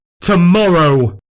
tomorrow